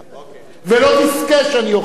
ולא תזכה שאני אוכיח לך,